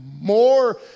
more